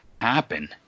happen